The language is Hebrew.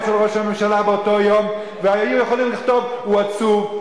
של ראש הממשלה באותו יום והיו יכולים לכתוב: הוא עצוב,